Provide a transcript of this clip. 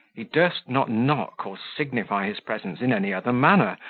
he durst not knock or signify his presence in any other manner,